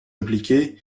appliquées